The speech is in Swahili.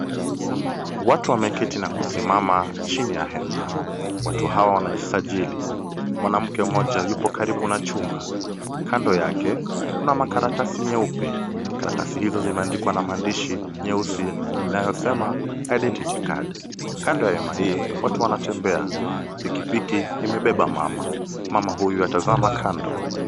Watu wameketi na kusimama, chini ya hema, watu hao wanajisajili. Mwanamke mmoja, yupo karibu na chuma. Kando yake, kuna makaratasi nyeupe karatasi hizo zimeandikwa na maandishi nyeusi, inayosema, Identity Card . Kando ya hema hii, watu wanatembea. Pikipiki imebeba mama, mama huyu atazama kando.